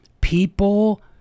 people